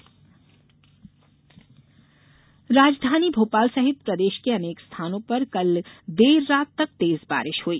मौसम राजधानी भोपाल सहित प्रदेश के अनेक स्थानों पर कल देर रात तक तेज बारिश हुई